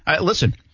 listen